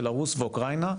בלרוס ואוקראינה,